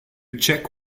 check